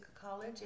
college